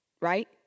right